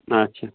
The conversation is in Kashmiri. آچھا